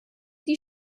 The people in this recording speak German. die